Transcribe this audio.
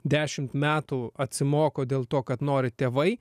dešimt metų atsimoko dėl to kad nori tėvai